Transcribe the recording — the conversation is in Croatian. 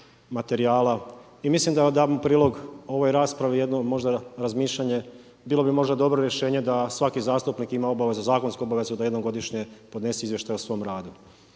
i mislim da dam prilog ovoj raspravi jedno možda razmišljanje bilo bi možda dobro rješenje da svaki zastupnik ima obavezu, zakonsku obavezu da jednom godišnje podnese izvještaj o svom radu,